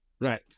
right